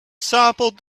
sampled